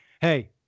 hey